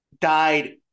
died